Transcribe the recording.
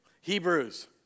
Hebrews